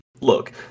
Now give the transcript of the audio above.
look